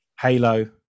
Halo